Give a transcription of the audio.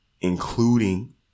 including